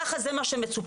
ככה זה מה שמצופה,